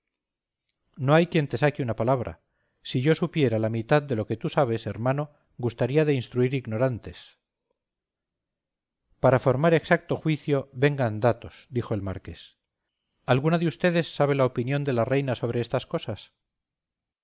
no hay quien te saque una palabra si yo supiera la mitad de lo que tú sabes hermano gustaría de instruir ignorantes para formar exacto juicio vengan datos dijo el marqués alguna de vds sabe la opinión de la reina sobre estas cosas